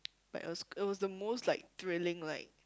but it was it was the most like thrilling like